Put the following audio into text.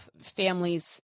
families